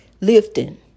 lifting